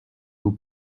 vous